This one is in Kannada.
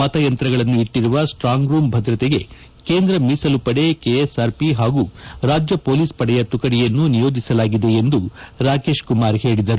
ಮತಯಂತ್ರಗಳನ್ನು ಇಟ್ಟಿರುವ ಸ್ವಾಂಗ್ ರೂಂ ಭದ್ರತೆಗೆ ಕೇಂದ್ರ ಮೀಸಲು ಪಡೆ ಕೆಎಸ್ಅರ್ ಪಿ ಹಾಗೂ ರಾಜ್ಯ ಪೊಲೀಸ್ ಪಡೆಯ ತುಕಡಿಯನ್ನು ನಿಯೋಜಿಸಲಾಗಿದೆ ಎಂದು ಹೇಳಿದರು